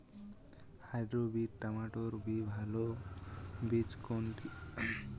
Hybrid টমেটোর ভালো বীজ কোনটি?